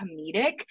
comedic